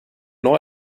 neu